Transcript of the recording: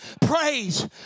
praise